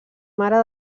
mare